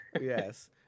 yes